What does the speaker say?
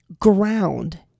ground